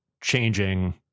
changing